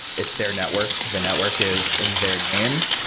it's their network, the network is in their name.